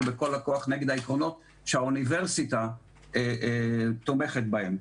בכל הכוח נגד העקרונות שהאוניברסיטה תומכת בהם.